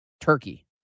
Turkey